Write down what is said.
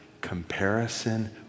comparison